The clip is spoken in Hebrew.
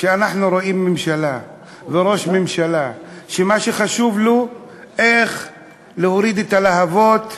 כשאנחנו רואים ממשלה וראש ממשלה שמה שחשוב לו זה איך להוריד את הלהבות,